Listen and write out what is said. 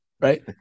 right